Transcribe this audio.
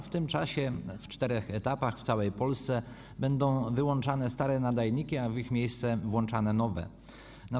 W tym czasie w czterech etapach w całej Polsce będą wyłączane stare nadajniki, a w ich miejsce włączane będą nowe.